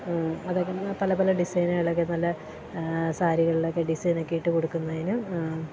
അതൊക്കെ അങ്ങനെ പല പല ഡിസൈനുകൾ ഒക്കെ നല്ല സാരികളിൽ ഒക്കെ ഡിസൈനെക്കെ ഇട്ട് കൊടുക്കുന്നതിനും